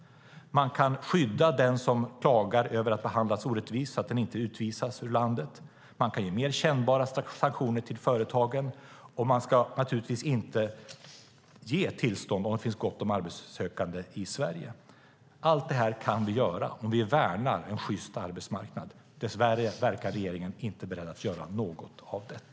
Man kan skydda de som klagar över att ha behandlats orättvist så att de inte utvisas ur landet. Man kan ge mer kännbara sanktioner till företagen. Och man ska naturligtvis inte ge tillstånd om det finns gott om arbetssökande i Sverige. Allt det här kan vi göra om vi värnar en sjyst arbetsmarknad. Dess värre verkar regeringen inte vara beredd att göra något av detta.